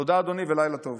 תודה, אדוני, ולילה טוב.